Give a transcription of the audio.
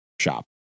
Shop